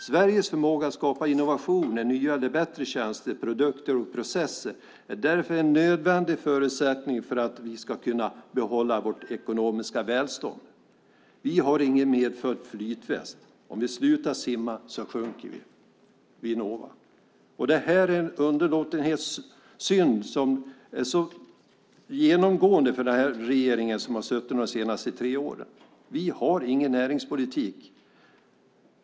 Sveriges förmåga att skapa innovationer - nya eller bättre tjänster, produkter och processer - är därför en nödvändig förutsättning för att vi ska kunna behålla vårt ekonomiska välstånd. Vi har ingen medfödd flytväst - om vi slutar simma så sjunker vi." Det här är en underlåtenhetssynd som är genomgående för den regering som har suttit de senaste tre åren. Vi har ingen näringspolitik.